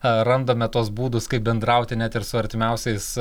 aa randame tuos būdus kaip bendrauti net ir su artimiausiais